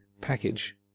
package